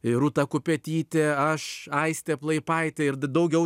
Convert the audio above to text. ir rūta kupetytė aš aistė plaipaitė ir d daugiau